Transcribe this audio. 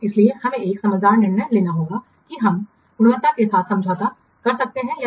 इसलिए हमें एक समझदार निर्णय लेना होगा कि हम गुणवत्ता के साथ समझौता कर सकते हैं या नहीं